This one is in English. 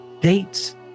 dates